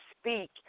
speak